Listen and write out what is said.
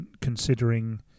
considering